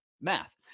math